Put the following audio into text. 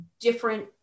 different